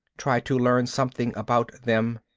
try to learn something about them.